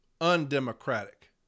undemocratic